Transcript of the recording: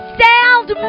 sound